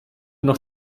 noch